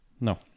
No